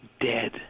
dead